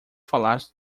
falar